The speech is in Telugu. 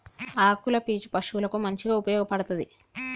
ఆకుల పీచు పశువులకు మంచిగా ఉపయోగపడ్తది